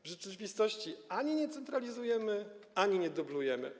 W rzeczywistości ani nie centralizujemy, ani nie dublujemy.